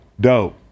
dope